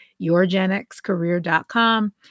yourgenxcareer.com